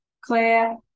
Claire